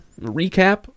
recap